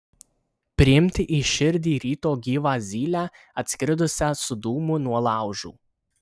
priimti į širdį ryto gyvą zylę atskridusią su dūmu nuo laužų